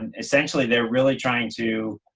and essentially they're really trying to